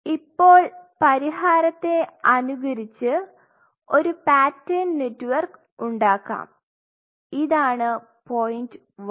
ഇപ്പോൾ പരിഹാരത്തെ അനുകരിച്ച് ഒരു പാറ്റേൺ നെറ്റ്വർക്ക് ഉണ്ടാക്കാം ഇതാണ് point 1